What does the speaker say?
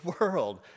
world